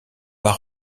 pas